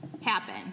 happen